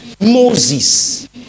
Moses